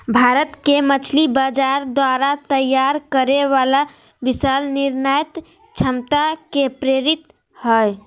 भारत के मछली बाजार द्वारा तैयार करे वाला विशाल निर्यात क्षमता से प्रेरित हइ